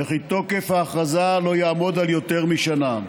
וכי תוקף ההכרזה לא יעמוד על יותר משנה.